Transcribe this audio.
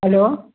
hello